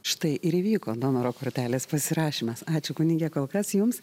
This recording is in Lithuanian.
štai ir įvyko donoro kortelės pasirašymas ačiū kunige kol kas jums